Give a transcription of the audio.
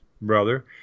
brother